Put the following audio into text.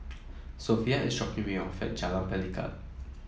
Sophia is dropping me off at Jalan Pelikat